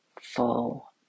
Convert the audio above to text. full